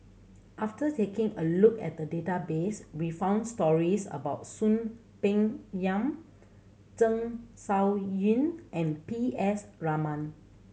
after taking a look at the database we found stories about Soon Peng Yam Zeng Shouyin and P S Raman